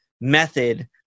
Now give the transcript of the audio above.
method